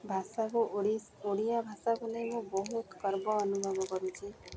ଭାଷାକୁ ଓଡ଼ିଆ ଭାଷା ବୋଲି ମୁଁ ବହୁତ ଗର୍ବ ଅନୁଭବ କରୁଛି